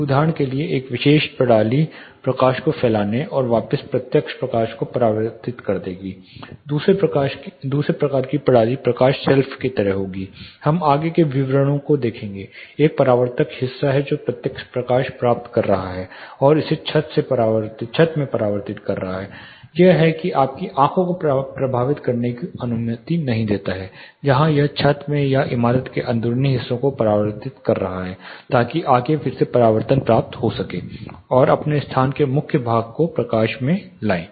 उदाहरण के लिए यह विशेष प्रणाली प्रकाश को फैलाने और वापस प्रत्यक्ष प्रकाश को परावर्तित करेगा दूसरे प्रकार की प्रणाली प्रकाश शेल्फ की तरह होगी हम आगे के विवरणों को देखेंगे एक परावर्तक हिस्सा है जो प्रत्यक्ष प्रकाश प्राप्त कर रहा है और इसे छत में परावर्तित कर रहा है यह है इसे आपकी आंख को प्रभावित करने की अनुमति नहीं है जहां यह छत में या इमारत के अंदरूनी हिस्सों को परावर्तित कर रहा है ताकि आगे फिर से परावर्तन प्राप्त हो सके और अपने स्थान के मुख्य भाग को प्रकाश में लाएं